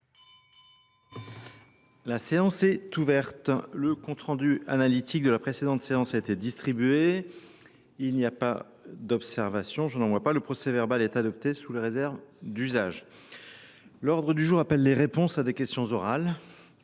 Le compte rendu analytique de la précédente séance a été distribué. Il n’y a pas d’observation ?… Le procès verbal est adopté sous les réserves d’usage. L’ordre du jour appelle les réponses à des questions orales.